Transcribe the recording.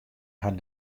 har